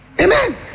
Amen